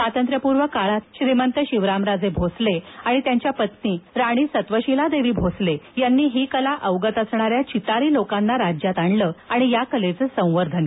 स्वातंत्र्यपूर्व काळात श्रीमंत शिवरामराजे भोसले आणि त्यांच्या पत्नी राणी सत्त्वशीलादेवी भोसले यांनी ही कला अवगत असणाऱ्या चितारी लोकांना राज्यात आणलं आणि या कलेचं संवर्धन केलं